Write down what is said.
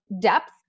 depth